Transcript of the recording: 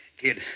Kid